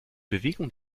bewegung